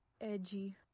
Edgy